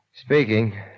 Speaking